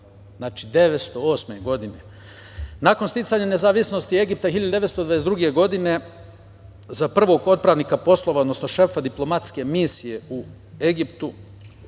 Znači, 1908. godine. Nakon sticanja nezavisnosti Egipta 1922. godine za prvog otpravnika poslova, odnosno šefa diplomatske misije u Egiptu,